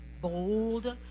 bold